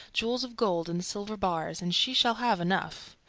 jewels of gold and silver bars, and she shall have enough.